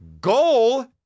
goal